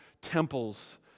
temples